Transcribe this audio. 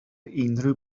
unrhyw